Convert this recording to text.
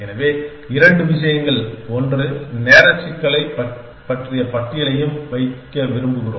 எனவே இரண்டு விஷயங்கள் ஒன்று நேர சிக்கலைப் பற்றிய பட்டியலையும் வைக்க விரும்புகிறோம்